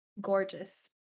gorgeous